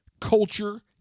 Culture